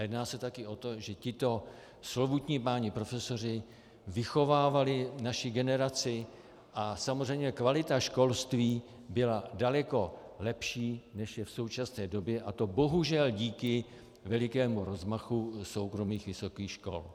Jedná se taky o to, že tito slovutní páni profesoři vychovávali naší generaci, a samozřejmě kvalita školství byla daleko lepší, než je v současné době, a to bohužel díky velikému rozmachu soukromých vysokých škol.